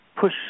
push